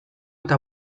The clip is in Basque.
eta